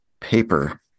paper